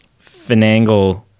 finagle